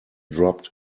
dropped